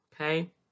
okay